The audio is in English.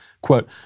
Quote